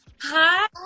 Hi